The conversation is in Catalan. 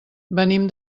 venim